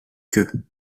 queue